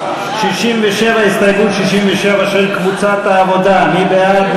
67 של קבוצת העבודה, מי בעד?